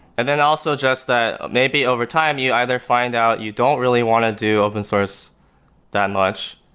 and then also just that maybe over time, you either find out you don't really want to do open source that much,